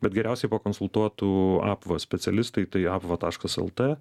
bet geriausiai pakonsultuotų apva specialistai tai apva taškas lt